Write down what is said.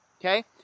Okay